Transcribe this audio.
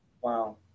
Wow